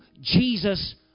Jesus